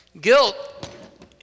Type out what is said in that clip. Guilt